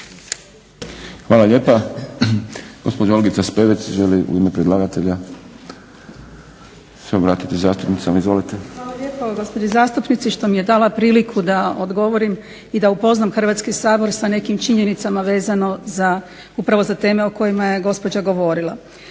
Hvala lijepa. Gospođa Olgica Spevec želi u ime predlagatelja se obratiti zastupnicama. Hvala lijepo. **Spevec, Olgica** Hvala lijepo gospođi zastupnici što mi je dala priliku da odgovorim i da upoznam Hrvatski sabor sa nekim činjenicama vezano za, upravo za teme o kojima je gospođa govorila.